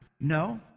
No